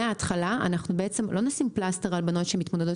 מההתחלה אנחנו לא נשים פלסטר על בנות שמתמודדות